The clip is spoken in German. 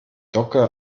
dogge